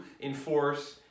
enforce